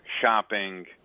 shopping